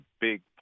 big